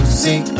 see